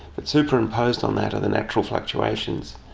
but superimposed on that are the natural fluctuations.